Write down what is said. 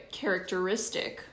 characteristic